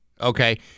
Okay